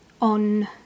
on